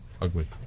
ugly